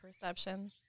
perception